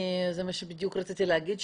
זה מה שרציתי להגיד,